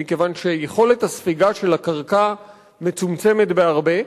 מכיוון שיכולת הספיגה של הקרקע מצומצמת בהרבה,